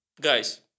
guys